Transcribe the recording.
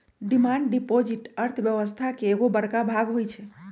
demand deposit अर्थव्यवस्था के एगो बड़का भाग होई छै